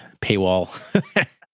Paywall